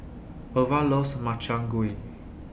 Irva loves Makchang Gui